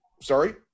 sorry